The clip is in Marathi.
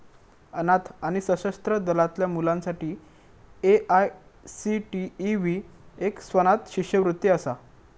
अनाथ आणि सशस्त्र दलातल्या मुलांसाठी ए.आय.सी.टी.ई ही एक स्वनाथ शिष्यवृत्ती असा